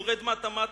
יורד מטה-מטה.